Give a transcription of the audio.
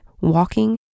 walking